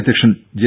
അധ്യക്ഷൻ ജെ